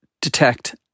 detect